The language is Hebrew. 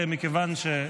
למחוסן),